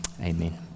Amen